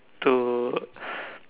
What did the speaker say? to